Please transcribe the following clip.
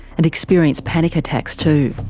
and experienced panic attacks too.